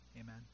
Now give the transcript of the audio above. amen